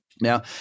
Now